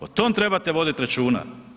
O tom trebate voditi računa.